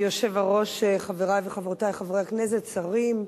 היושב-ראש, חברי וחברותי חברי הכנסת, שרים,